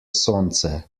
sonce